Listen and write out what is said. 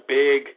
big